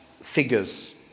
figures